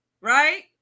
right